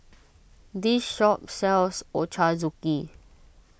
this shop sells Ochazuke